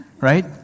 right